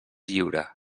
lliure